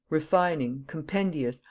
refining, compendious,